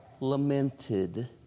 lamented